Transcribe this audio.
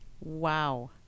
Wow